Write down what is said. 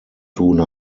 tun